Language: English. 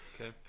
Okay